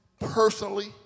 personally